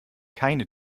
keine